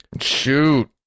shoot